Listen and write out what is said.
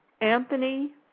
Anthony